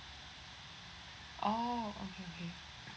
oh okay okay